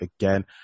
again